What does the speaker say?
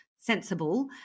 sensible